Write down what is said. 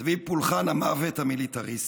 סביב פולחן המוות המיליטריסטי,